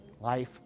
life